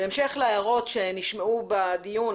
בהמשך להערות שנשמעו בדיון,